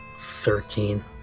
Thirteen